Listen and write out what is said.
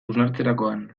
hausnartzerakoan